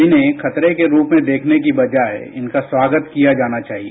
इन्हें खतरे के रूप में देखने की बजाये उनका स्वागत किया जाना चाहिए